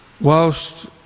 whilst